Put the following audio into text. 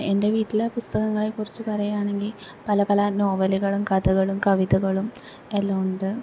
എൻ്റെ വീട്ടിലെ പുസ്തകങ്ങളെക്കുറിച്ച് പറയാണെങ്കിൽ പല പല നോവലുകളും കഥകളും കവിതകളും എല്ലാമുണ്ട്